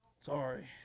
Sorry